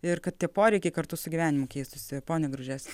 ir kad tie poreikiai kartu su gyvenimu keistųsi pone gruževski